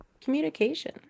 communication